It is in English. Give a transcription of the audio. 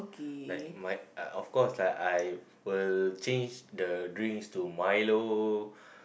like my of course I will change the drinks to milo